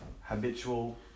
habitual